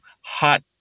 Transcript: hot